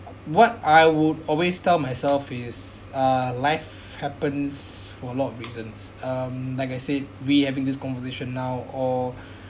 what I would always tell myself is uh life happens for a lot of reasons um like I said we having this conversation now or